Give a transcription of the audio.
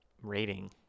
rating